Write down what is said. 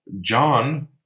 John